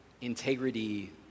integrity